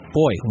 boy